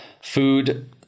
food